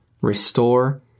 restore